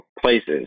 places